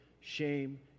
shame